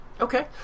okay